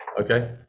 Okay